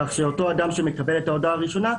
כך שאותו אדם שמקבל את ההודעה הראשונה,